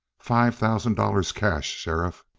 five thousand dollars cash, sheriff!